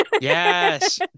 Yes